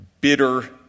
bitter